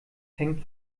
hängt